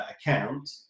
account